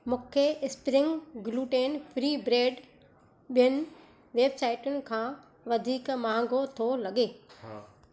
मूंखे spring gluten free bread ॿियुनि वेबसाइटुनि खां वधीक महांगो थो लॻे हा